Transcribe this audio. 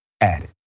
added